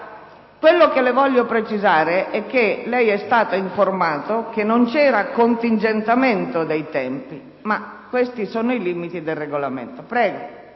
Quello che voglio precisare è che lei è stato informato che non c'era contingentamento dei tempi, ma questi sono i limiti posti dal Regolamento.